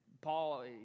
Paul